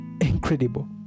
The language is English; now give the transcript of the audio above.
Incredible